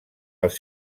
els